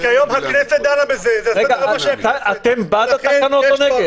כי היום הכנסת דנה בזה -- אתם בעד התקנות או נגד?